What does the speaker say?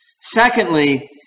Secondly